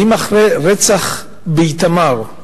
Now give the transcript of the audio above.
האם אחרי הרצח באיתמר,